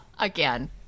Again